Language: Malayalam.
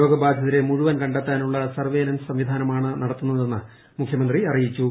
രോഗബാധിതരെ മുഴുവൻ കണ്ടെത്താനുള്ള സർവെയലൻസ് സംവിധാനമാണ് നടത്തുന്നതെന്ന് മുഖ്യമന്ത്രി അറിയിച്ചു